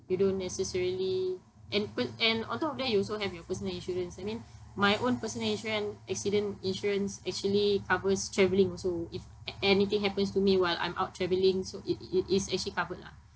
you don't necessarily and p~ and on top of that you also have your personal insurance I mean my own personal insurance accident insurance actually covers traveling also if a~ anything happens to me while I'm out traveling so it it it's actually covered lah